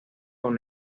con